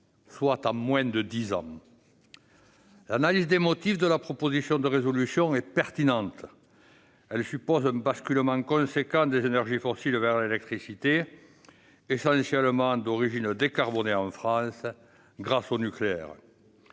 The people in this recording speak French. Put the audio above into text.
soit en moins de dix ans. L'analyse des motifs de la proposition de résolution est pertinente. Elle suppose un basculement important des énergies fossiles vers l'électricité, essentiellement d'origine décarbonée en France, et ce grâce au nucléaire.